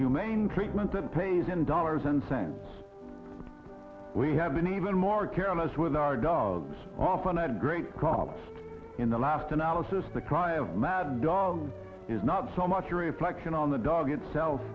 humane treatment that pays in dollars and cents we have an even more careless with our dogs often at great cost in the last analysis the cry of mad dog is not so much a reflection on the dog itself